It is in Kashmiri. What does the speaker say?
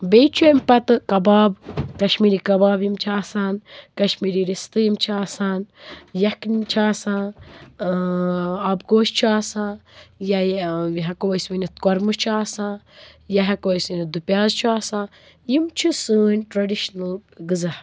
بیٚیہِ چھُ اَمہِ پتہٕ کَباب کشمیٖری کَباب یِم چھِ آسان کشمیٖری رِستہٕ یِم چھِ آسان یَکھٕنۍ چھِ آسان آبہٕ گوش چھُ آسان یا یہِ یہِ ہٮ۪کو أسۍ ؤنِتھ کۄرمہٕ چھُ آسان یا ہٮ۪کو أسۍ ؤنِتھ دُپیٛاز چھُ آسان یِم چھِ سٲنۍ ٹرٛٮ۪ڈِشنَل غذا